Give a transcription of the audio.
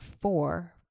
four